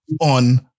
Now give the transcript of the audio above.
on